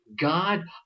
God